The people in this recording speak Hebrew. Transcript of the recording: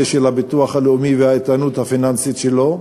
של הביטוח הלאומי והאיתנות הפיננסית שלו.